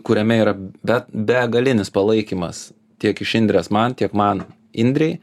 kuriame yra bet begalinis palaikymas tiek iš indrės man tiek man indrei